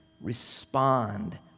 respond